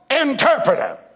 interpreter